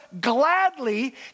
gladly